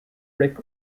rick